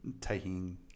taking